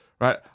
Right